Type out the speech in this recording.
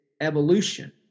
evolution